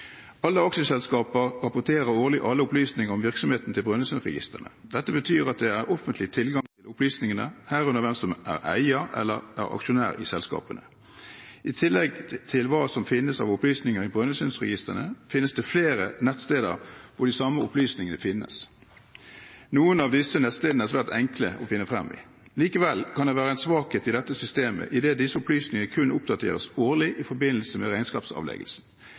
Alle aksjeselskaper rapporterer årlig alle opplysninger om virksomheten til Brønnøysundregistrene. Dette betyr at det er offentlig tilgang til opplysningene, herunder hvem som er eier eller aksjonær i selskapene. I tillegg til hva som finnes av opplysninger i Brønnøysundregistrene, finnes det flere nettsteder hvor de samme opplysningene finnes. Noen av disse nettstedene er svært enkle å finne frem i. Likevel kan det være en svakhet i dette systemet, idet disse opplysningene kun oppdateres årlig i forbindelse med regnskapsavleggelsen.